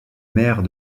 maires